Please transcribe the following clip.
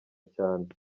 cyane